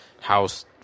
house